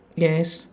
yes